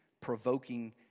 provoking